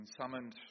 summoned